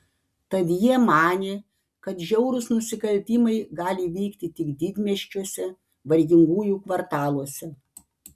tad jie manė kad žiaurūs nusikaltimai gali vykti tik didmiesčiuose vargingųjų kvartaluose